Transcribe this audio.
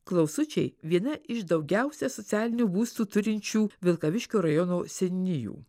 klausučiai viena iš daugiausia socialinių būstų turinčių vilkaviškio rajono seniūnijų